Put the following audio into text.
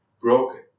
broken